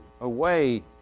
away